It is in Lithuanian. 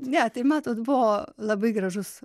ne tai matot buvo labai gražus